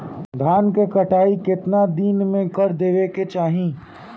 धान क कटाई केतना दिन में कर देवें कि चाही?